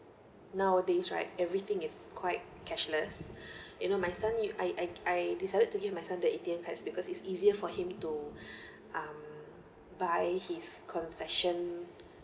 nowadays right everything is quite cashless you know my son nee~ I I I decided to give my son the A_T_M card is because it's easier for him to um buy his concession